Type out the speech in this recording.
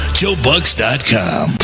joebucks.com